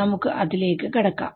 നമുക്ക് അതിലേക്ക് കടക്കാം